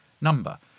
number